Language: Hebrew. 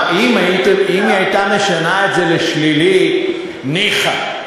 אם היא הייתה משנה את זה לשלילי, ניחא.